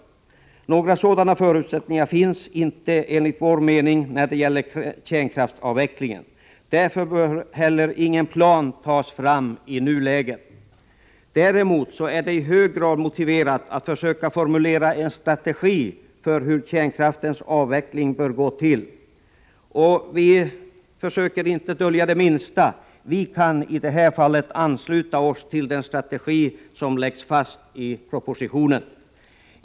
Några sådana förutsättningar finns enligt vår mening inte när det gäller kärnkraftsavvecklingen. Därför bör heller ingen plan tas fram i nuläget. Däremot är det i hög grad motiverat att försöka formulera en strategi för hur kärnkraftens avveckling bör gå till. Vi försöker inte på minsta vis dölja att vi i detta fall kan ansluta oss till den strategi som läggs fast i propositionen.